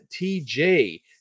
tj